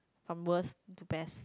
from worst to best